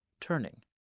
turning